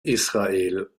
israel